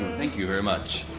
thank you very much.